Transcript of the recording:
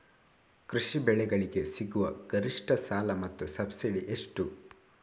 ಕೃಷಿ ಬೆಳೆಗಳಿಗೆ ಸಿಗುವ ಗರಿಷ್ಟ ಸಾಲ ಮತ್ತು ಸಬ್ಸಿಡಿ ಎಷ್ಟು?